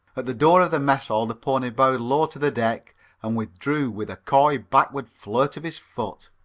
at the door of the mess hall the pony bowed low to the deck and withdrew with a coy backward flirt of his foot.